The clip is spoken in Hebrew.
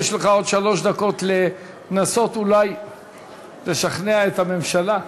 יש לך עוד שלוש דקות לנסות אולי לשכנע את הממשלה.